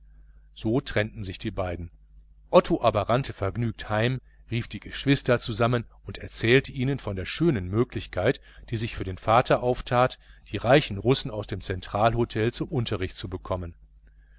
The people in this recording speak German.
so trennten sich die beiden otto aber rannte vergnügt heim rief die geschwister zusammen und erzählte von der schönen möglichkeit die sich für den vater auftat die reichen russen aus dem zentralhotel zum unterricht zu bekommen